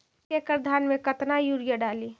एक एकड़ धान मे कतना यूरिया डाली?